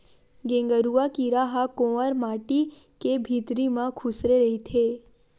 गेंगरूआ कीरा ह कोंवर माटी के भितरी म खूसरे रहिथे